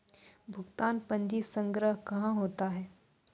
भुगतान पंजी संग्रह कहां होता हैं?